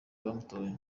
abamutoye